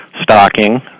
stocking